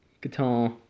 guitar